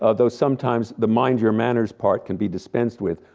ah though sometimes, the mind your manners part can be dispensed with,